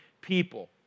people